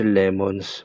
lemons